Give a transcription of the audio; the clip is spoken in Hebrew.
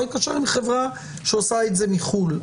להתקשר עם חברה שעושה את זה מחו"ל.